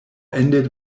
ended